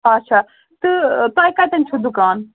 اچھا تہٕ تۄہہِ کَتیٚن چھُو دُکان